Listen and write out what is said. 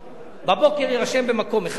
בצהריים יירשם במקום שני,